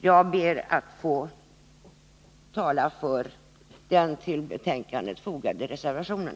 Jag ber att få yrka bifall till den vid betänkandet fogade reservationen.